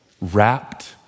wrapped